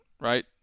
right